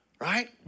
right